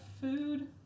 food